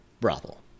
brothel